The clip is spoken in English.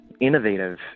innovative